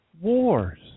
wars